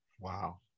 Wow